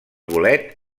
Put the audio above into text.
bolet